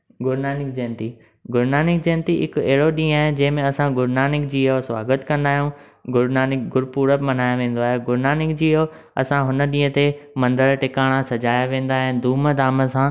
गुरुनानक जयंती गुरुनानक जयंती हिकु अहिड़ो ॾींहुं आहे जंहिं में असां गुरुनानक जी जो स्वागत कंदा आहियूं गुरुनानक गुरुपुरब मल्हायो वेंदो आहे गुरुनानक जी जो असां हुन ॾींहुं ते मंदर टिकाणा सजाया वेंदा आहिनि धूम धाम सां